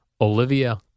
Olivia